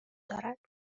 دارد